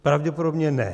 Pravděpodobně ne.